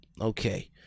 Okay